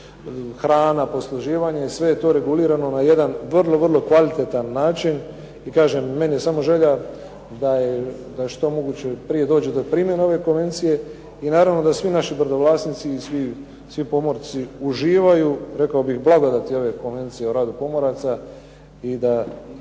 hrana, posluživanje. Sve je to regulirano na jedan vrlo, vrlo kvalitetan način. I kažem, meni je samo želja da što moguće prije dođe do primjene ove konvencije i naravno da svi naši brodovlasnici i svi pomorci uživaju rekao bih blagodati ove konvencije o radu pomoraca i da